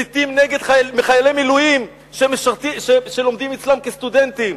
מסיתים נגד חיילי מילואים שלומדים אצלם כסטודנטים.